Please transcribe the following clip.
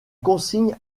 consigne